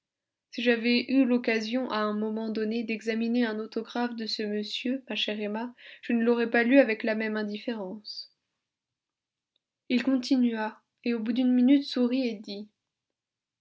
si j'avais eu l'occasion à un moment donné d'examiner un autographe de ce monsieur ma chère emma je ne l'aurais pas lu avec la même indifférence il continua et au bout d'une minute sourit et dit